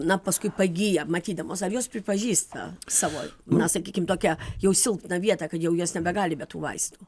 na paskui pagyja matydamos ar jos pripažįsta savo na sakykim tokią jau silpną vietą kad jau jos nebegali be tų vaistų